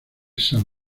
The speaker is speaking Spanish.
san